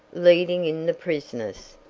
leading in the prisoners.